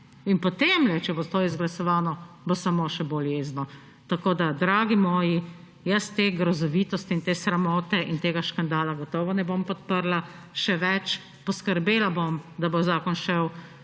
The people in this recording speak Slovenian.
In po tem, če bo to izglasovano, bo samo še bolj jezno. Tako da, dragi moji, jaz te grozovitosti in te sramote in tega škandala gotovo ne bom podprla. Še več, poskrbela bom, da bo zakon šel